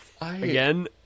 Again